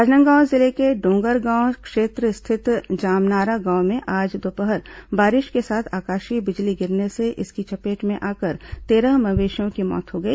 राजनांदगांव जिले के डोंगरगांव क्षेत्र स्थित जामनारा गांव में आज दोपहर बारिश के साथ आकाशीय बिजली गिरने से इसकी चपेट में आकर तेरह मवेशियों की मौत हो गई